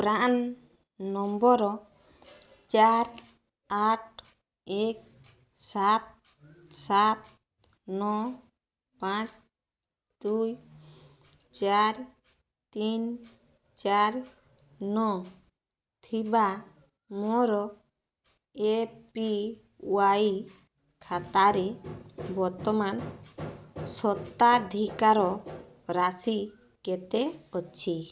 PRAN number ଚାରି ଆଠ ଏକ ସାତ ସାତ ନଅ ପାଞ୍ଚ ଦୁଇ ଚାରି ତିନି ଚାରି ନଅ ଥିବା ମୋର ଏ ପି ୱାଇ ଖାତାରେ ବର୍ତ୍ତମାନ ସ୍ୱତ୍ୱାଧିକାର ରାଶି କେତେ ଅଛି